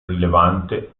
rilevante